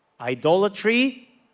Idolatry